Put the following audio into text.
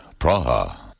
Praha